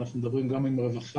אנחנו מדברים גם עם הרווחה,